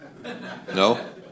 No